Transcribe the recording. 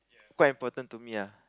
quite important to me lah